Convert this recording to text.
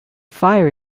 fire